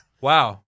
Wow